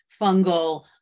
fungal